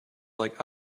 like